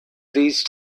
these